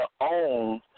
own